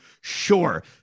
sure